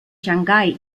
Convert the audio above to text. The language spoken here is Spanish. shanghái